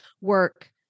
work